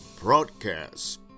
broadcast